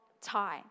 time